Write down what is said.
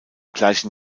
gleichen